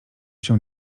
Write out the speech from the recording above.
się